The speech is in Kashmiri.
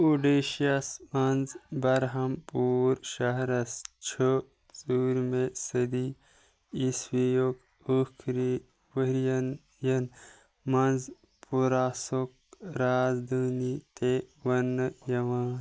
اوڈیٚشیاہَس منٛز برہم پوٗر شہرَس چھُ ژوٗرمہِ صٔدی عیٖسوی یُک ٲخری ؤرین ین منٛز پُراسُک رازدٲنی تہِ وننہٕ یِوان